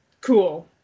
cool